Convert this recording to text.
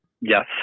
yes